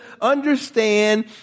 understand